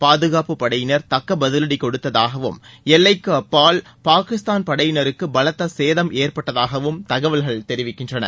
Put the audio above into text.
பாதுகாப்பு படையினா் தக்க பதிலடி கொடுத்ததாகவும் எல்லைக்கு அப்பால் பாகிஸ்தான் படையினருக்கு பலத்த சேதம் ஏற்பட்டதாகவும் தகவல்கள் தெரிவிக்கின்றன